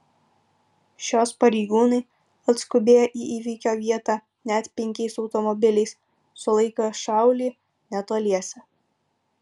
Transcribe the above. šios pareigūnai atskubėję į įvykio vietą net penkiais automobiliais sulaikė šaulį netoliese